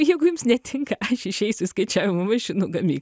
jeigu jums netinka aš išeisiu skaičiavimo mašinų gamyk